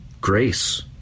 grace